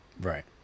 Right